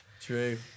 True